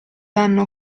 danno